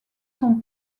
son